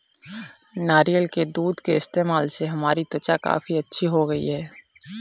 नारियल के दूध के इस्तेमाल से हमारी त्वचा काफी अच्छी हो गई है